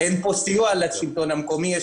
אין פה סיוע לשלטון המקומי,